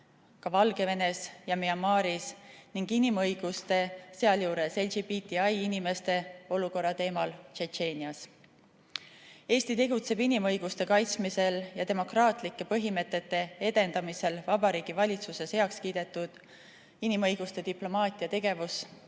ka Valgevenes ja Myanmaris ning inimõiguste, sh LGBTI-inimeste olukorra teemal Tšetšeenias. Eesti tegutseb inimõiguste kaitsmisel ja demokraatlike põhimõtete edendamisel Vabariigi Valitsuses heaks kiidetud inimõiguste diplomaatia tegevuskava